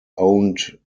owned